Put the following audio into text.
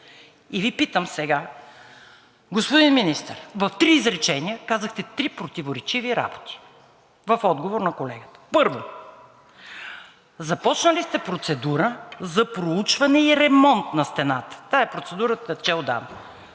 И Ви питам сега, господин Министър, в три изречения казахте противоречиви работи в отговор на колегата. Първо, започнали сте процедура за проучване и ремонт на стената. Тази процедура тече отдавна.